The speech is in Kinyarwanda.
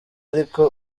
ariko